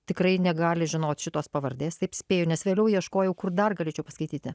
tikrai negali žinot šitos pavardės taip spėju nes vėliau ieškojau kur dar galėčiau paskaityti